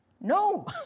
No